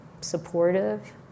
Supportive